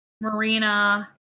Marina